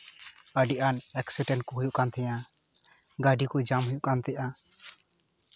ᱟᱹᱰᱤ ᱟᱸᱴ ᱮᱠᱥᱤᱰᱮᱱᱴ ᱠᱚ ᱦᱩᱭᱩᱜ ᱠᱟᱱ ᱛᱟᱦᱮᱸᱜᱼᱟ ᱜᱟᱹᱰᱤ ᱠᱚ ᱡᱟᱢ ᱦᱩᱭᱩᱜ ᱠᱟᱱ ᱛᱟᱦᱮᱸᱜᱼᱟ